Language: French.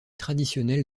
traditionnelle